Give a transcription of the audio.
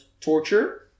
torture